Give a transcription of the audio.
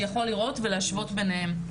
שיכול לראות ולהשוות ביניהם.